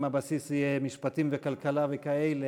אם הבסיס יהיה משפטים וכלכלה וכאלה,